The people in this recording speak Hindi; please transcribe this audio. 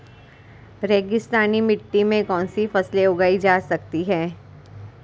रेगिस्तानी मिट्टी में कौनसी फसलें उगाई जा सकती हैं?